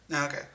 Okay